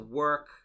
work